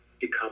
become